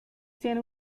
tiene